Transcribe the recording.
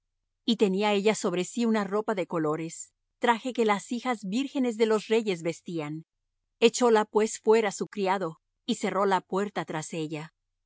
y tenía ella sobre sí una ropa de colores traje que las hijas vírgenes de los reyes vestían echóla pues fuera su criado y cerró la puerta tras ella